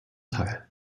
teil